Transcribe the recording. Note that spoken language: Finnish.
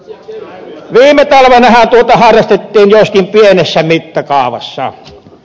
viime talvenahan tuota harrastettiin joskin pienessä mittakaavassa